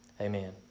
Amen